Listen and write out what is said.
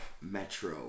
metro